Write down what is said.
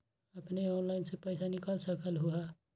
अपने ऑनलाइन से पईसा निकाल सकलहु ह?